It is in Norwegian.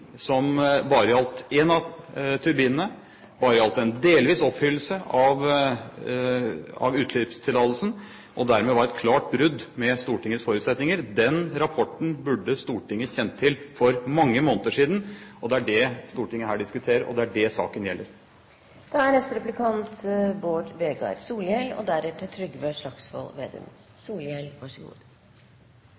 som bare gjaldt én av turbinene, bare gjaldt en delvis oppfyllelse av utslippstillatelsen, og dermed var et klart brudd med Stortingets forutsetninger. Den rapporten burde Stortinget kjent til for mange måneder siden. Det er det Stortinget her diskuterer, og det er det saken gjelder.